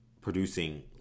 producing